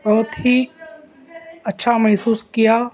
بہت ہی اچّھا محسوس کیا